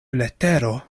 letero